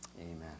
Amen